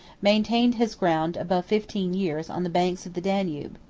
maintained his ground above fifteen years on the banks of the danube.